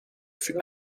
fut